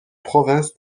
provinces